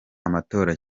amatora